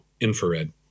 infrared